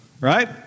right